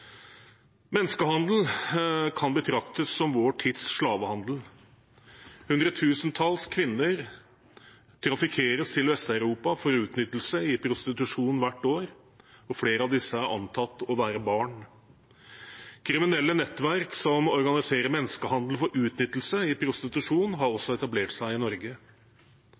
Menneskehandel kan betraktes som vår tids slavehandel. Hundretusentalls kvinner trafikkeres til Vest-Europa for utnyttelse i prostitusjon hvert år, og flere av disse er antatt å være barn. Kriminelle nettverk som organiserer menneskehandel for utnyttelse i prostitusjon, har også etablert seg i Norge.